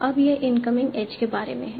अब यह incoming edge के बारे में है